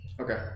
Okay